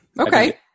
okay